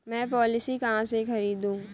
मैं पॉलिसी कहाँ से खरीदूं?